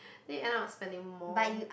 then you end up spending more